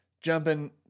jumping